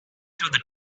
through